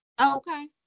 okay